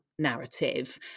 narrative